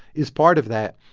is part of that.